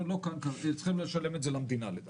הם צריכים לשלם את זה למדינה, לדעתי.